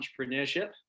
entrepreneurship